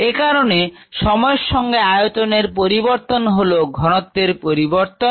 একারনে সময়ের সঙ্গে আয়তনের পরিবর্তন হল ঘনত্বের পরিবর্তন